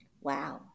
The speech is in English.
Wow